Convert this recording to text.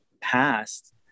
past